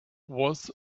was